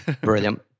brilliant